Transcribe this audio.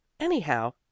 Anyhow